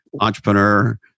entrepreneur